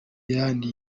yandi